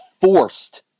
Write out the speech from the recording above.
forced